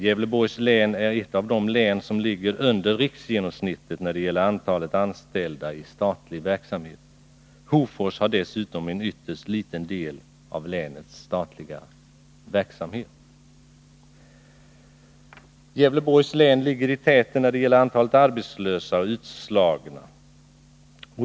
Gävleborgs län är ett av de län som ligger under riksgenomsnittet när det gäller antalet anställda i statlig verksamhet. Hofors har dessutom en ytterst liten del av länets statliga verksamhet. Gävleborgs län ligger i täten när det gäller antalet arbetslösa och utslagna.